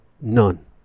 None